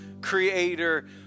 creator